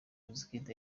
wizkid